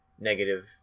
negative